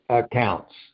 accounts